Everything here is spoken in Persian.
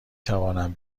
توانم